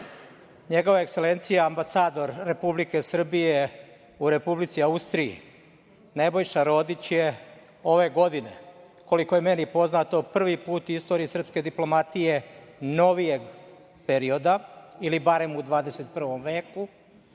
Njegova Ekselencija ambasador Republike Srbije u Republici Austriji Nebojša Rodić je ove godine, koliko je meni poznato, prvi put u istoriji srpske diplomatije novijeg perioda ili barem u 21. veku